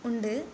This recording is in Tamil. உண்டு